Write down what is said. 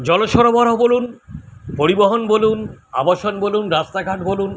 জল সরবরাহ বলুন পরিবহন বলুন আবাসন বলুন রাস্তাঘাট বলুন